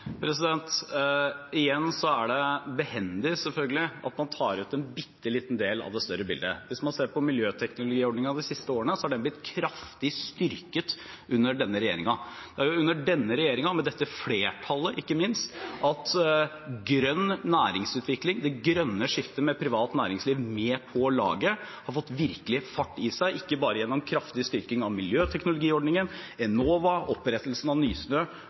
Igjen er det behendig, selvfølgelig, at man tar ut en bitte liten del av det større bildet. Hvis man ser på miljøteknologiordningen de siste årene, så har den blitt kraftig styrket under denne regjeringen. Det er under denne regjeringen, ikke minst med dette flertallet, at grønn næringsutvikling, det grønne skiftet, med privat næringsliv med på laget, virkelig har fått fart i seg – og ikke bare gjennom kraftig styrking av miljøteknologiordningen, Enova, opprettelsen av Nysnø,